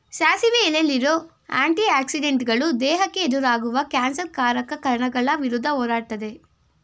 ಸಾಸಿವೆ ಎಲೆಲಿರೋ ಆಂಟಿ ಆಕ್ಸಿಡೆಂಟುಗಳು ದೇಹಕ್ಕೆ ಎದುರಾಗುವ ಕ್ಯಾನ್ಸರ್ ಕಾರಕ ಕಣಗಳ ವಿರುದ್ಧ ಹೋರಾಡ್ತದೆ